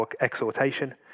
exhortation